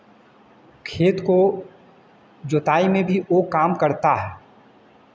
खेत को जुताई में भी वो काम करता है